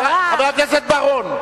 חברת הכנסת זוארץ, חבר הכנסת רוני בר-און,